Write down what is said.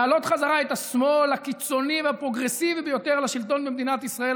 להעלות חזרה את השמאל הקיצוני והפרוגרסיבי ביותר לשלטון במדינת ישראל,